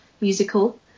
musical